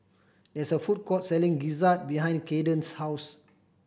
there's a food court selling gizzard behind Caiden's house